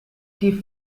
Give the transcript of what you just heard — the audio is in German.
die